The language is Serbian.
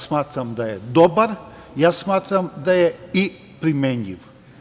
Smatram da je dobar, smatram da je i primenljiv.